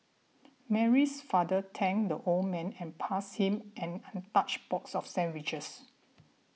Mary's father thanked the old man and passed him an untouched box of sandwiches